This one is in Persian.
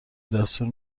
دستور